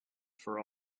for